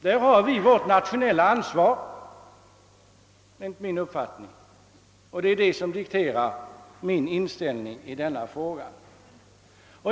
Där har vi vårt nationella ansvar, och det är det som dikterar min inställning till denna fråga.